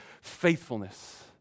faithfulness